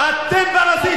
אתם פרזיטים.